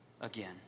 again